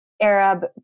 Arab